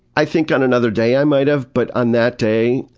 i think on another day i might've, but on that day,